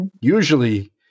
usually